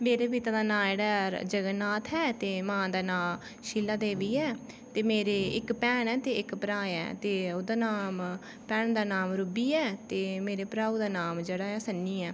मेरे पिता दा नांऽ जगननाथ ऐ ते मां दा नांऽ शीला देवी ऐ ते मेरी इक भैन ते इक भ्राऽ ऐ ते उंदा नाम भैन दा नांऽ रूबी ऐ ते मेरे भ्राऊ दा नांऽ जेह्ड़ा ऐ सन्नी ऐ